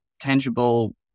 tangible